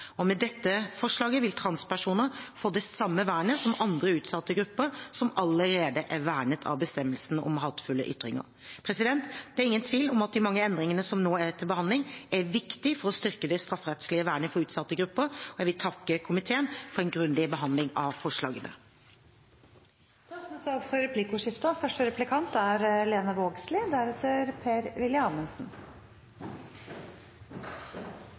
Med dette forslaget vil transpersoner få det samme vernet som andre utsatte grupper, som allerede er vernet av bestemmelsen om hatefulle ytringer. Det er ingen tvil om at de mange endringene som nå er til behandling, er viktige for å styrke det strafferettslige vernet for utsatte grupper. Jeg vil takke komiteen for en grundig behandling av forslagene. Det blir replikkordskifte. For